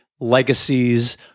legacies